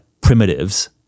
primitives